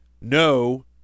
no